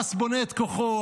חמאס בונה את כוחו,